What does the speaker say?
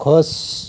खुश